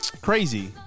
crazy